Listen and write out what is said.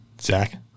Zach